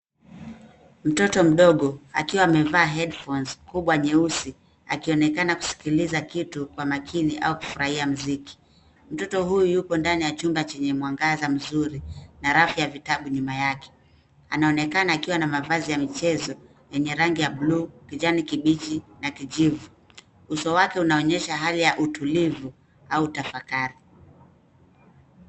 Mtoto mdogo akiwa amevaa headphones kubwa nyeusi akionekana kusikiliza kitu kwa makini au kufurahia muziki. Mtoto huyu yuko kwenye chumba chenye mwangaza mzuri na rafu ya vitabu nyuma yake. Anaonekana akiwa na mavazi ya mchezo yenye rangi ya bluu, kijani kibichi na kijivu. Uso wake unaonyesha hali ya utulivu au tafakari.